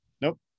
Nope